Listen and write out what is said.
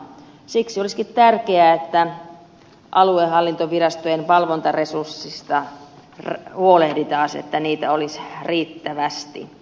siksi olisikin tärkeää että aluehallintovirastojen valvontaresursseista huolehdittaisiin että niitä olisi riittävästi